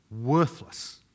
worthless